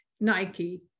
Nike